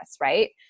right